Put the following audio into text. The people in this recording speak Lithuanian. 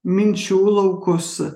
minčių laukus